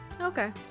Okay